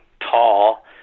tall